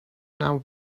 now